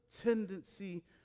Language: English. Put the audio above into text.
tendency